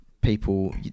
people